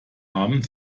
haben